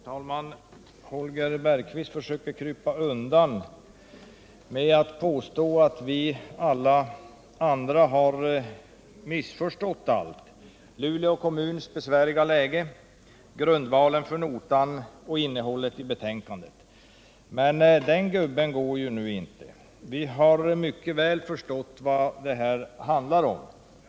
Herr talman! Holger Bergqvist försökte krypa undan ansvaret med att påstå att alla andra har missförstått allting: Luleå kommuns besvärliga läge, grundvalen för notan och innehållet i betänkandet. Men den gubben går inte! Vi har mycket väl förstått vad det handlar om.